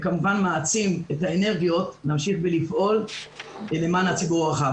זה כמובן מעצים את האנרגיות להמשיך ולפעול למען הציבור הרחב.